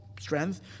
strength